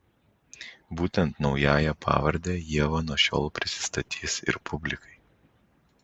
būtent naująja pavarde ieva nuo šiol prisistatys ir publikai